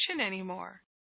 anymore